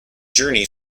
journey